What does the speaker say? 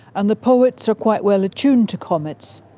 and the poets are quite well attuned to comets,